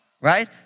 right